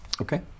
Okay